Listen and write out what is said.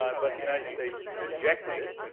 um but the united states rejected it.